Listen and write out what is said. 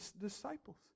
disciples